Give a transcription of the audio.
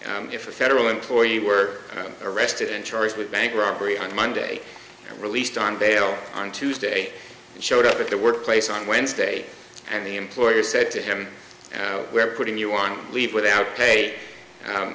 if a federal employee were arrested and charged with bank robbery on monday and released on bail on tuesday showed up at the workplace on wednesday and the employer said to him we're putting you on leave without pay